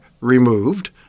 removed